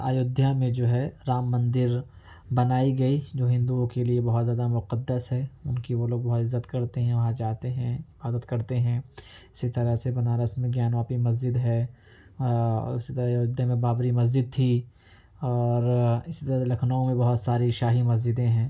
ایودھیا میں جو ہے رام مندر بنائی گئی جو ہندؤں كے لیے بہت زیادہ مقدّس ہے ان كی وہ لوگ بہت عزّت كرتے ہیں وہاں جاتے ہیں عبادت کرتے ہیں اسی طرح سے بنارس میں گیان واپی مسجد ہے اسی طرح ایودھیا میں بابری مسجد تھی اور اسی طرح لكھنؤ میں بہت ساری شاہی مسجدیں ہیں